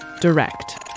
direct